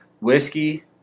whiskey